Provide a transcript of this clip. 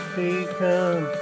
become